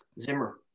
Zimmer